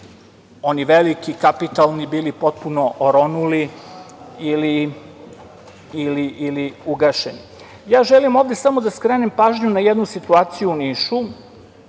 oni veliki, kapitalni bili potpuno oronuli ili ugašeni. Ja želim ovde samo da skrenem pažnju na jednu situaciju u Nišu